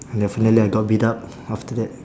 definitely I got beat up after that